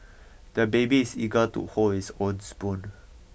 the baby is eager to hold his own spoon